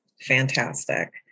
Fantastic